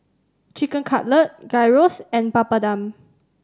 Chicken Cutlet Gyros and Papadum